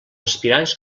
aspirants